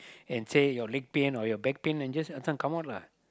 and say your leg pain or your back pain and just come on lah